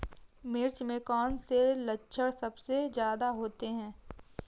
मिर्च में कौन से लक्षण सबसे ज्यादा होते हैं?